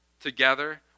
Together